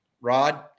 Rod